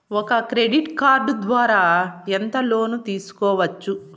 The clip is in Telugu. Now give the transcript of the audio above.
ఒక క్రెడిట్ కార్డు ద్వారా ఎంత లోను తీసుకోవచ్చు?